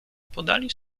podali